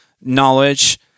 knowledge